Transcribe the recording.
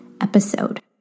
episode